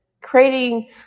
creating